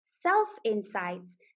self-insights